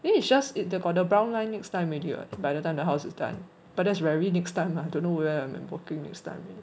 then it's just it got the brown line next time already [what] by the time the house is done but that's very next time lah don't know where I will be working next time